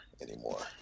anymore